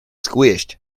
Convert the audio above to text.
squished